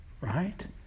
Right